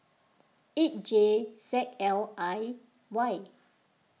eight J Z L I Y